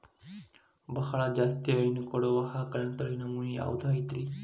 ಬಹಳ ಜಾಸ್ತಿ ಹೈನು ಕೊಡುವ ಆಕಳಿನ ತಳಿ ನಮೂನೆ ಯಾವ್ದ ಐತ್ರಿ?